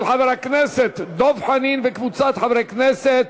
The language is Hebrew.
של חבר הכנסת דב חנין וקבוצת חברי הכנסת,